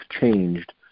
changed